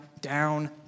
down